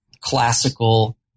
classical